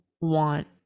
want